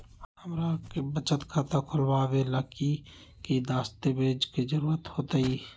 हमरा के बचत खाता खोलबाबे ला की की दस्तावेज के जरूरत होतई?